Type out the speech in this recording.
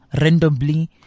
randomly